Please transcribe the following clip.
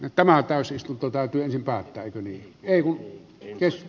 nyt tämä täysistunto täytyisi päättää kyliin eu hengessä